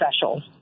special